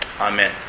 Amen